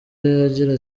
agira